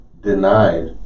denied